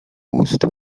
ust